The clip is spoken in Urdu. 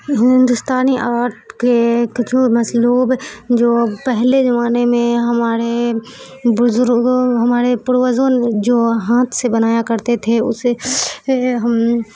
ہندوستانی آرٹ کے کچھو مسلوب جو پہلے زمانے میں ہمارے بزرگوں ہمارے پروزوں جو ہاتھ سے بنایا کرتے تھے اسے ہم